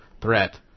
threat